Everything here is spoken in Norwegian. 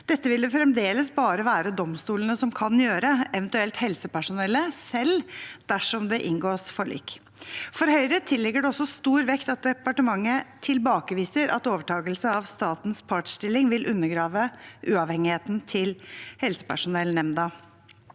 Dette vil det fremdeles bare være domstolene som kan gjøre, eventuelt helsepersonellet selv dersom det inngås forlik. For Høyre tillegges det også stor vekt at departementet tilbakeviser at overtakelse av statens partsstilling vil undergrave uavhengigheten til helsepersonellnemnda.